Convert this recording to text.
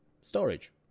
storage